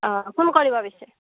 অঁ ফোন কৰিব পিছে